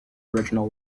original